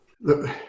Look